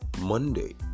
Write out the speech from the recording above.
Monday